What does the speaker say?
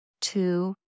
Two